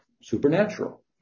supernatural